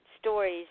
stories